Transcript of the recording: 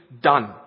done